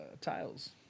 Tiles